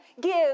give